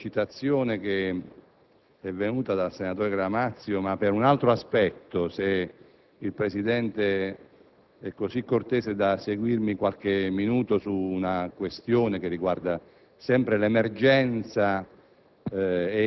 alla sollecitazione venuta dal senatore Gramazio, ma per un altro aspetto, se lei è così cortese da seguirmi per qualche minuto su una questione che riguarda sempre l'emergenza